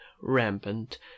rampant